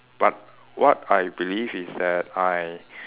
but what I believe is that I